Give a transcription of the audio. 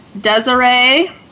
Desiree